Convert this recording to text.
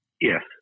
Yes